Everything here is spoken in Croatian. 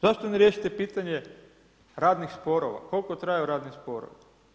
Zašto ne riješite pitanje radnih sporova, koliko traju radni sporovi?